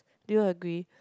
do you agree